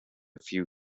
few